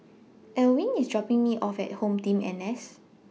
Elwyn IS dropping Me off At HomeTeam N S